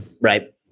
right